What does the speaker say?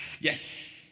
Yes